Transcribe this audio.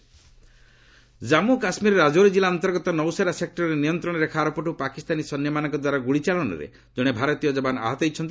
JK ceasefire Jammu କାଶ୍ମୀରର ରାଜୌରୀ କିଲ୍ଲା ଅନ୍ତର୍ଗତ ନୌସେରା ସେକୂରରେ ନିୟନ୍ତ୍ରଣ ରେଖା ଆରପଟୁ ପାକିସ୍ତାନୀ ସୈନ୍ୟମାନଙ୍କଦ୍ୱାରା ଗୁଳିଚାଳନାରେ ଜଣେ ଭାରତୀୟ ଯବାନ ଆହତ ହୋଇଛନ୍ତି